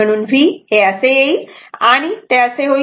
म्हणून v हे असे येईल आणि ते असे होईल